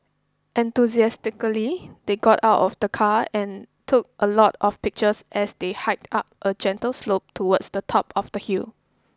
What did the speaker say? enthusiastically they got out of the car and took a lot of pictures as they hiked up a gentle slope towards the top of the hill